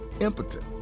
impotent